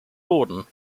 gordon